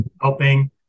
helping